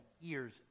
years